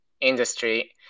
industry